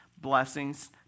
blessings